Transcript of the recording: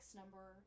number